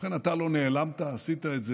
ובכן, אתה לא נעלמת, עשית את זה.